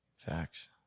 Facts